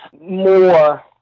more